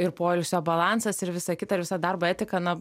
ir poilsio balansas ir visą kitą ir visa darbo etika na